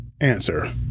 Answer